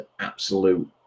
absolute